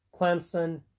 Clemson